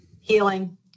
Healing